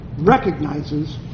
recognizes